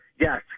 yes